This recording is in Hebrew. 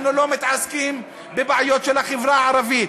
אנחנו לא מתעסקים בבעיות של החברה הערבית,